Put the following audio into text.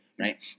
right